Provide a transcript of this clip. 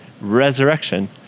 resurrection